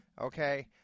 okay